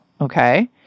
okay